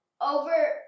over